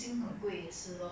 ya imagine like